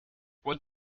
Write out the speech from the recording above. what